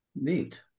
Neat